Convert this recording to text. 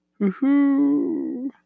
Woohoo